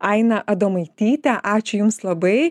ainą adomaitytę ačiū jums labai